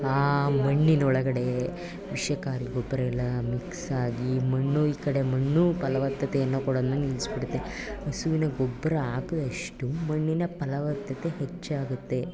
ಆ ಮಣ್ಣಿನೊಳಗಡೆ ವಿಷಕಾರಿ ಗೊಬ್ಬರ ಎಲ್ಲ ಮಿಕ್ಸಾಗಿ ಮಣ್ಣು ಈ ಕಡೆ ಮಣ್ಣು ಫಲವತ್ತತೆಯನ್ನು ಕೊಡೋದನ್ನು ನಿಲ್ಲಿಸ್ಬಿಡುತ್ತೆ ಹಸುವಿನ ಗೊಬ್ಬರ ಹಾಕ್ದಷ್ಟೂ ಮಣ್ಣಿನ ಫಲವತ್ತತೆ ಹೆಚ್ಚಾಗುತ್ತೆ